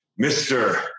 Mr